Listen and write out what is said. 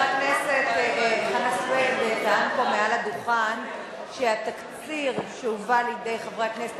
חבר הכנסת חנא סוייד טען פה מעל לדוכן שהתקציר שהובא לידי חברי הכנסת